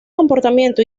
comportamiento